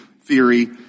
theory